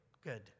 good